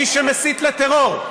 מי שמסית לטרור,